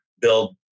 build